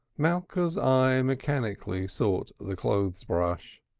malka's eye mechanically sought the clothes-brush.